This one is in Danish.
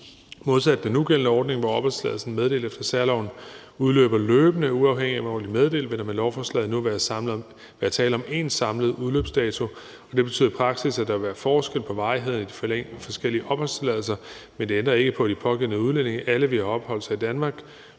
Modsat den nugældende ordning, hvor opholdstilladelse meddelt efter særloven udløber løbende, uafhængigt af hvornår den er meddelt, vil der med lovforslaget nu være tale om én samlet udløbsdato. Det betyder i praksis, at der vil være forskel på varigheden af de forskellige opholdstilladelser, men det ændrer ikke på, at de pågældende udlændinge alle vil have opholdt sig i Danmark